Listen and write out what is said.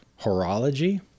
Horology